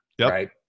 right